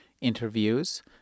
interviews